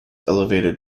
elevated